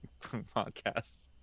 podcast